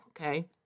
okay